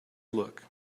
look